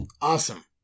Awesome